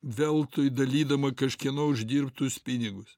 veltui dalydama kažkieno uždirbtus pinigus